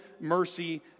mercy